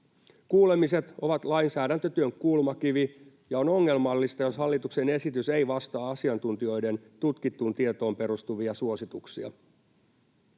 Kuulemiset ovat lainsäädäntötyön kulmakivi, ja on ongelmallista, jos hallituksen esitys ei vastaa asiantuntijoiden tutkittuun tietoon perustuvia suosituksia.